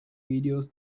videos